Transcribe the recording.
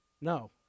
No